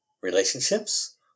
relationships